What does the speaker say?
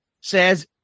says